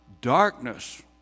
darkness